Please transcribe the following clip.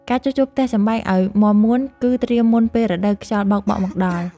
ការជួសជុលផ្ទះសម្បែងឱ្យមាំមួន គឺត្រៀមមុនពេលរដូវខ្យល់បោកបក់មកដល់។